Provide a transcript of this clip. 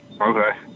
Okay